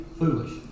foolish